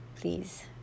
please